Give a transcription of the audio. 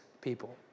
people